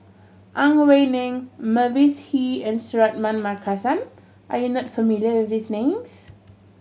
Ang Wei Neng Mavis Hee and Suratman Markasan are you not familiar with these names